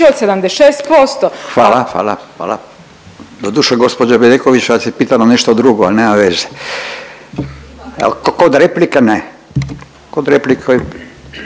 Hvala, hvala. Hvala. Doduše, gđa Bedeković vas je pitala nešto drugo, a nema veze. Kod replika ne. Kod replike